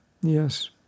Yes